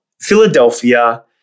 Philadelphia